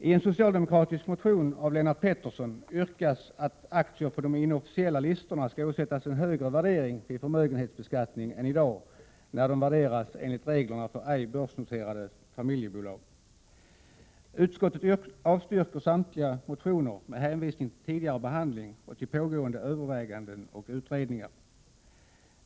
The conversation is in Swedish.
Ten socialdemokratisk motion av Lennart Pettersson yrkas att aktier på de inofficiella listorna skall åsättas en högre värdering vid förmögenhetsbeskattning än i dag, då de värderas enligt reglerna för ej börsnoterade familjebolag. Utskottet avstyrker samtliga motioner med hänvisning till tidigare behandling och till pågående överväganden och utredningar.